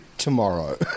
Tomorrow